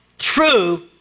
true